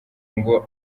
ngo